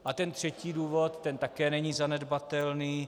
A ten třetí důvod, ten také není zanedbatelný.